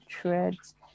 threads